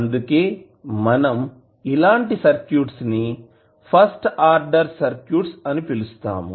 అందుకే మనం ఇలాంటి సర్క్యూట్స్ ని ఫస్ట్ ఆర్డర్ సర్క్యూట్స్ అని పిలుస్తాము